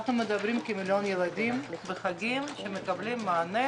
אנחנו מדברים על מיליון ילדים בחגים שמקבלים מענה